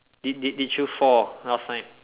did did did you fall last time